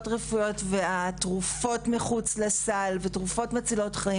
רפואיות והתרופות מחוץ לסל ותרופות מצילות חיים